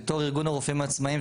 בתור ארגון הרופאים העצמאיים,